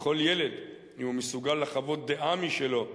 לכל ילד, אם הוא מסוגל לחוות דעה משלו,